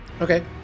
Okay